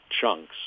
chunks